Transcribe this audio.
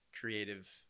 creative